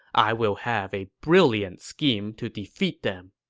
i will have a brilliant scheme to defeat them.